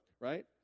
right